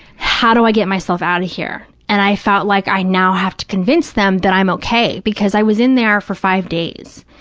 how do i get myself out of here? and i felt like i now have to convince them that i'm okay, because i was in there for five days.